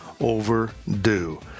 overdue